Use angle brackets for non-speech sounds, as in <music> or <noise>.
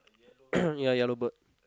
<coughs> ya yellow bird